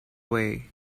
way